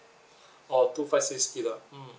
orh two five six gig ah mm